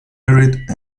arid